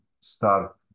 start